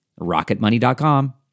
rocketmoney.com